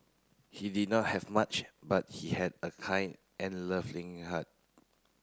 he did not have much but he had a kind and loving heart